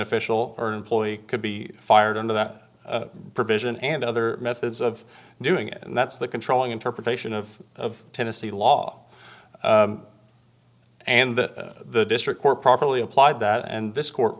official or employee could be fired and that provision and other methods of doing and that's the controlling interpretation of of tennessee law and that the district court properly applied that and this court